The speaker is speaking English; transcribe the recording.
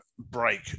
break